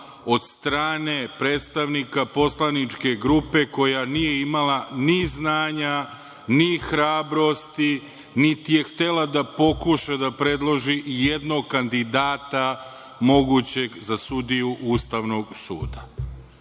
od strane predstavnika poslaničke grupe koja nije imala ni znanja, ni hrabrosti, niti je htela da pokuša da predloži jednog kandidata mogućeg za sudiju US. Očigledno